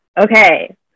Okay